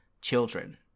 children